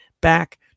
back